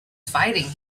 fighting